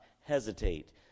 hesitate